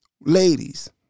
Ladies